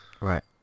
Right